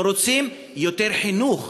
אנחנו רוצים יותר חינוך,